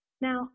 Now